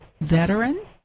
veteran